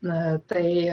na tai